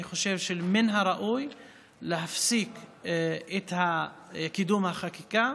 אני חושב שמן הראוי להפסיק את קידום החקיקה